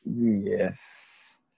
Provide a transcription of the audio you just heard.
Yes